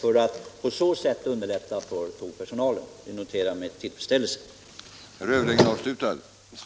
Detta bör underlätta personalens ansträngda situation inte minst vid kollision mellan tåg och älg.